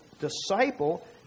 disciple